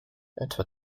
etwa